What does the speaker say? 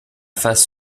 face